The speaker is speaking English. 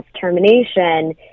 termination